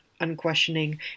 unquestioning